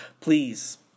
Please